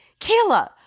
Kayla